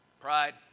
Pride